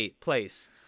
place